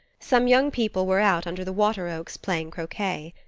some young people were out under the wateroaks playing croquet.